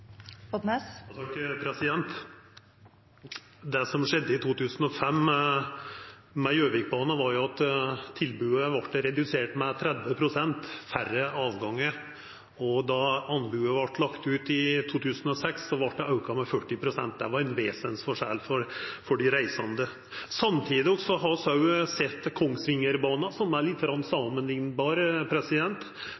Det som skjedde med Gjøvikbanen i 2005, var at tilbodet vart redusert med 30 pst. færre avgangar. Då anbodet vart lagt ut i 2006, vart det auka med 40 pst. Det var ein vesensforskjell for dei reisande. Samtidig har vi sett Kongsvingerbanen, som er